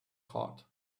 heart